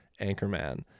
Anchorman